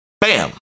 BAM